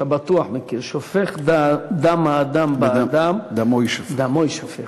אתה בטוח מכיר: שופך דם האדם באדם דמו יישפך.